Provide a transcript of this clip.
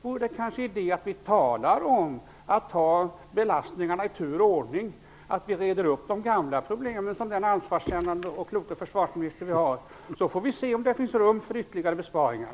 Vore det kanske idé att tala om att ta belastningarna i tur och ordning och att den ansvarskännande och kloke försvarsminister vi har reder upp de gamla problemen? Sedan får vi se om det finns rum för ytterligare besparingar.